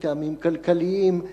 מטעמים כלכליים,